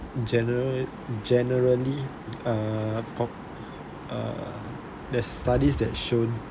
general~ generally uh po~ uh there are studies that show